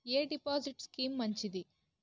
ఎ deposit scheme మంచిది?